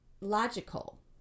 logical